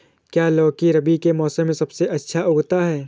क्या लौकी रबी के मौसम में सबसे अच्छा उगता है?